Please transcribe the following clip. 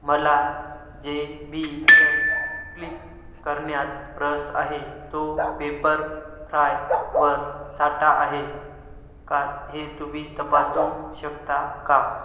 मला J B L flip करण्यात रस आहे तो पेपरफ्राय वर साठा आहे का हे तुम्ही तपासू शकता का